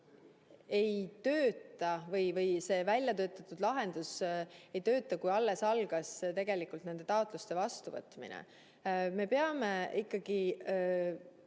ei tööta või et see väljatöötatud lahendus ei tööta, kui alles algas taotluste vastuvõtmine? Me peame ikkagi